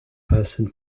person